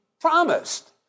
promised